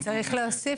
וצריך להוסיף